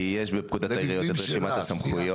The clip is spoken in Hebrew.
כי יש בפקודת העיריות את רשימת הסמכויות,